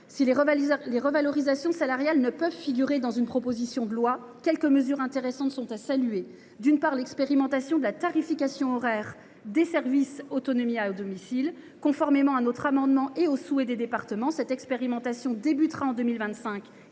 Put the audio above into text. Si les revalorisations salariales ne peuvent figurer dans une proposition de loi, quelques mesures intéressantes sont à saluer. Je pense notamment à l’expérimentation de la tarification forfaitaire des services autonomie à domicile (SAD). Conformément à notre amendement et au souhait des départements, cette expérimentation débutera en 2025